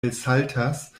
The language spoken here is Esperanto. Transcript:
elsaltas